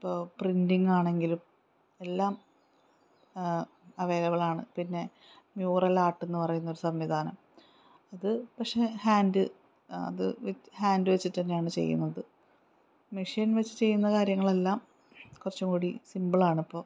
ഇപ്പോൾ പ്രിൻ്റിങ്ങ് ആണെങ്കിലും എല്ലാം അവൈലബിളാണ് പിന്നെ മ്യൂറൽ ആർട്ട് എന്നു പറയുന്നൊരു സംവിധാനം അതുപക്ഷെ ഹാൻഡ് അത് ഹാൻഡ് വച്ചിട്ടുതന്നെയാണ് ചെയ്യുന്നത് മെഷീൻ വച്ചു ചെയ്യുന്ന കാര്യങ്ങളെല്ലാം കുറച്ചുംകൂടി സിമ്പിളാണ് ഇപ്പോൾ